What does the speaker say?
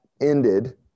ended